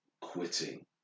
quitting